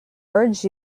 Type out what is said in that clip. urge